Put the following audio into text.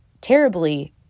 terribly